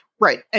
Right